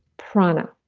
prana.